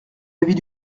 l’avis